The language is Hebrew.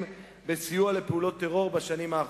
בסיוע לפעולות טרור בשנים האחרונות.